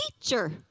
teacher